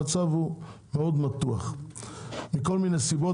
המצב הוא מאוד מתוח מכל מיני סיבות,